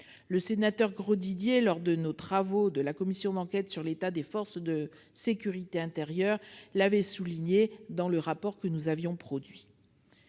Le sénateur François Grosdidier, lors des travaux de la commission d'enquête sur l'état des forces de sécurité intérieure, l'avait souligné dans son rapport. À chaque visite